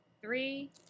three